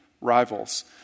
rivals